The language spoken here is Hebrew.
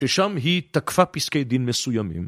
ששם היא תקפה פסקי דין מסוימים.